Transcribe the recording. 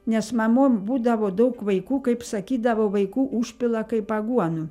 nes mamom būdavo daug vaikų kaip sakydavo vaikų užpila kaip aguonų